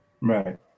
Right